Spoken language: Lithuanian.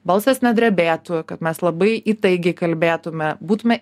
balsas nedrebėtų kad mes labai įtaigiai kalbėtume būtume